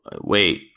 Wait